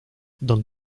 don